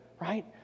right